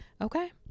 okay